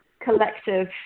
collective